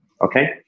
okay